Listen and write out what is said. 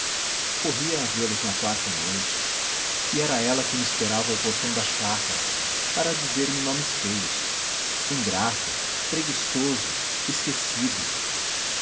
corria a vê-los na quarta noite e www nead unama br era ela que me esperava ao portão da chácara para dizer-me nomes feios ingrato preguiçoso esquecido